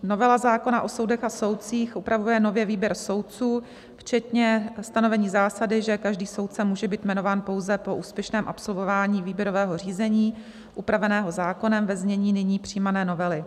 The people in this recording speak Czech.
Novela zákona o soudech a soudcích upravuje nově výběr soudců včetně stanovení zásady, že každý soudce může být jmenován pouze po úspěšném absolvování výběrového řízení upraveného zákonem ve znění nyní přijímané novely.